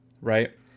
right